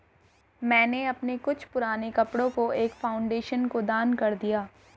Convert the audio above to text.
मैंने अपने कुछ पुराने कपड़ो को एक फाउंडेशन को दान कर दिया